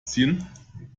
ziehen